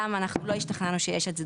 גם אנחנו לא השתכנענו שיש את זה,